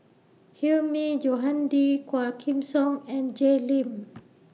Hilmi Johandi Quah Kim Song and Jay Lim